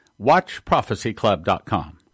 WatchProphecyClub.com